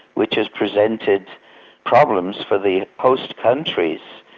which has presented problems for the host countries.